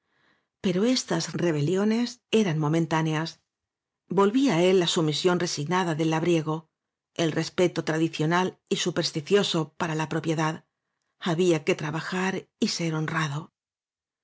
pero estas rebeliones eran momentáneas volvía á él la sumisión resignada del la briego el respeto tradicional y supersticioso para la propiedad había que trabajar y ser honrado